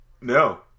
no